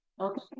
Okay